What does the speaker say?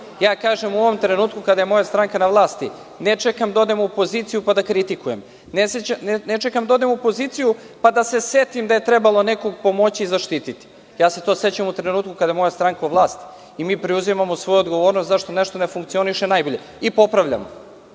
Ja kažem u ovom trenutku kada je moja stranka na vlasti. Ne čekam da odem u opoziciju pa da kritikujem. Ne čekam da odem u opoziciju pa da se setim da je trebalo nekog pomoći i zaštititi. Ja se toga sećam u trenutku kada je moja stranka na vlast i mi preuzimamo svoju odgovornost zašto nešto ne funkcioniše najbolje i popravljamo.